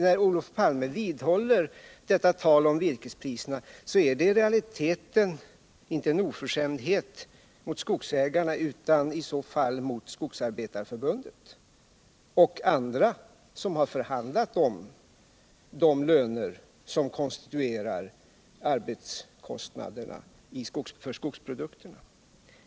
När Olof Palme vidhåller detta tal om virkespriserna är det i realiteten inte en oförskämdhet mot skogsägarna utan mot Skogsarbetareförbundet och andra som har förhandlat om de löner som konstituerar arbetskostnaderna för skogsprodukterna.